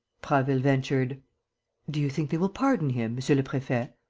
prasville ventured do you think they will pardon him, monsieur le prefet?